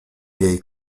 jej